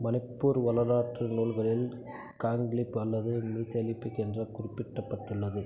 மணிப்பூர் வரலாற்று நூல்களில் காங்க்லீப் அல்லது மீதேலிபிக் என்ற குறிப்பிட்டப்பட்டுள்ளது